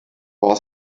war